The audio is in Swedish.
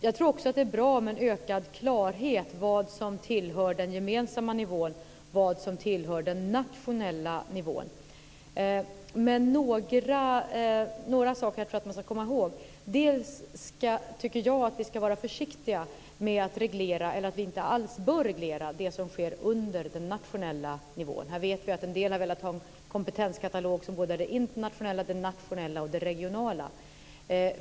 Jag tror också att det är bra med en ökad klarhet när det gäller vad som tillhör den gemensamma nivån och vad som tillhör den nationella nivån. Men jag tror att det finns några saker som man ska komma ihåg. För det första tycker jag att vi inte alls bör reglera det som sker under den nationella nivån. Vi vet att en del har velat ha en kompetenskatalog som både rör det internationella och det nationella och det regionala.